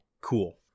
cool